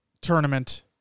tournament